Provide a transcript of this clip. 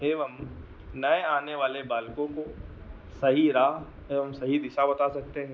एवं नए आने वाले बालकों को सही राह एवं सही दिशा बता सकते हैं